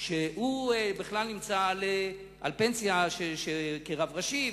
שהוא בכלל מקבל פנסיה כרב ראשי,